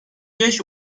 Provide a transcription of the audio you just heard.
beş